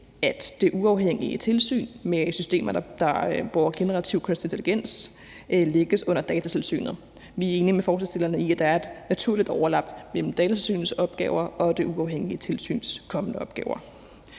at det uafhængige tilsyn med systemer, der bruger generativ kunstig intelligens, lægges under Datatilsynet. Vi er enige med forslagsstillerne i, at der er et naturligt overlap mellem Datatilsynets opgaver og det uafhængige tilsyns kommende opgaver.